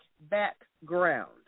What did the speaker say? background